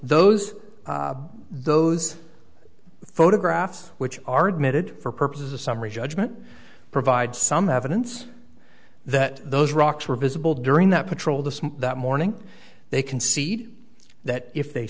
those those photographs which are admitted for purposes of summary judgment provide some evidence that those rocks were visible during that patrol the that morning they concede that if they